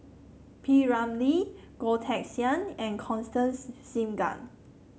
P Ramlee Goh Teck Sian and Constance Singam